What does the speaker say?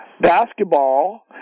basketball